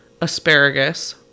asparagus